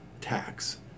tax